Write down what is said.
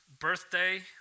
birthday